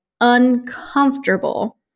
uncomfortable